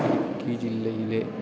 ഇടുക്കി ജില്ലയിലെ